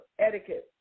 etiquette